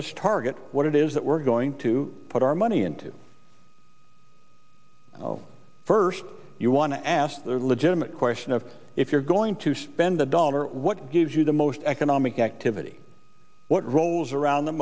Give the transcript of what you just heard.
let's target what it is that we're going to put our money into first you want to ask their legitimate question of if you're going to spend a dollar what gives you the most economic activity what rolls around the